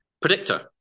predictor